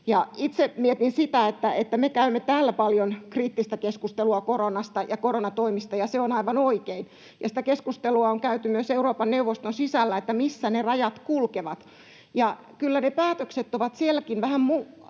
Itse mietin sitä, että me käymme täällä paljon kriittistä keskustelua koronasta ja koronatoimista, ja se on aivan oikein. Sitä keskustelua on käyty myös Euroopan neuvoston sisällä, että missä ne rajat kulkevat, ja kyllä ne päätökset ovat sielläkin vähän eläneet